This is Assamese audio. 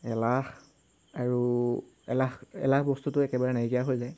এলাহ আৰু এলাহ এলাহ বস্তুটো একেবাৰে নাইকিয়া হৈ যায়